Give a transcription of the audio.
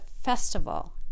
festival